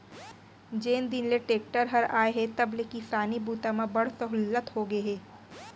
जेन दिन ले टेक्टर हर आए हे तब ले किसानी बूता म बड़ सहोल्लत होगे हे